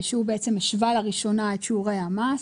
שהשווה לראשונה את שיעורי המס.